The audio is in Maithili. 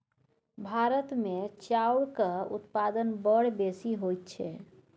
भारतमे चाउरक उत्पादन बड़ बेसी होइत छै